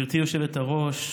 גברתי היושבת-ראש,